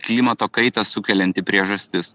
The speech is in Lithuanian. klimato kaitą sukelianti priežastis